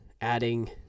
adding